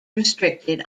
restricted